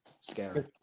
scary